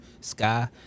Sky